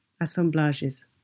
Assemblages